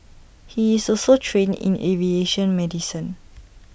he is also trained in aviation medicine